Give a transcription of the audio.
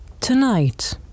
Tonight